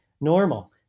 normal